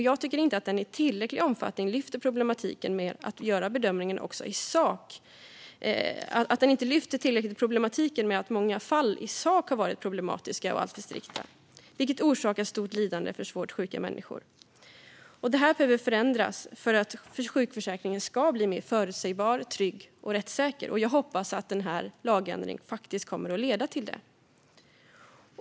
Jag tycker inte att propositionen i tillräcklig omfattning lyfter fram problematiken med att bedömningarna i många fall i sak har varit problematiska och alltför strikta, vilket orsakat stort lidande för svårt sjuka människor. Detta behöver förändras för att sjukförsäkringen ska bli mer förutsägbar, trygg och rättssäker. Jag hoppas att denna lagändring faktiskt kommer att leda till det.